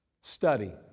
Study